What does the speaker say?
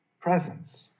presence